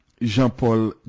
Jean-Paul